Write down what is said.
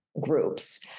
groups